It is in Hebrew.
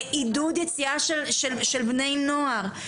עידוד יציאה של בני נוער,